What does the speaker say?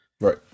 right